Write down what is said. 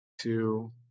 two